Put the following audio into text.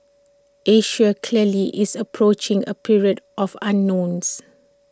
Asia clearly is approaching A period of unknowns